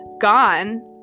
gone